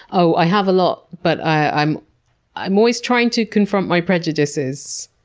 oh, i have a lot, but i'm i'm always trying to confront my prejudices,